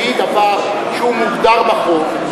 שהיא דבר שמוגדר בחוק,